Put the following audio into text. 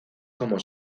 como